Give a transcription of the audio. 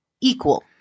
equal